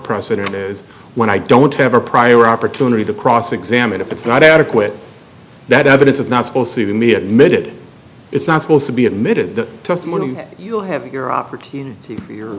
precedent when i don't have a prior opportunity to cross examine if it's not adequate that evidence is not supposed to to me admitted it's not supposed to be admitted the testimony you have your opportunity your